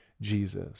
Jesus